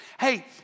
Hey